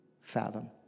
fathom